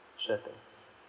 sure thing